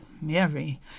Mary